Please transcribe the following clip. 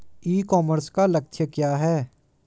ई commerce का लक्ष्य क्या है?